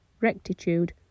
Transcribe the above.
rectitude